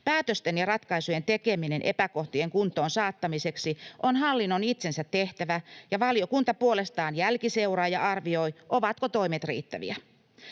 Päätösten ja ratkaisujen tekeminen epäkohtien kuntoon saattamiseksi on hallinnon itsensä tehtävä, ja valiokunta puolestaan jälkiseuraa ja arvioi, ovatko toimet riittäviä.